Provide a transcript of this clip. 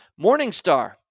Morningstar